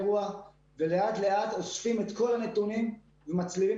ולאט לאט אוספים את כל הנתונים ומצליבים